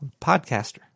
Podcaster